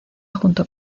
junto